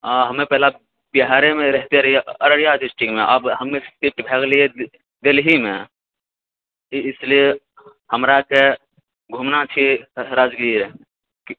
हम पहिले बिहारेमे रहिते रहिऐ अररिया डिस्ट्रिक्टमे आब हम शिफ्ट भए गेलिऐ देल्हीमे इसलिए हमराके घूमना छी राजगीर